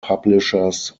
publishers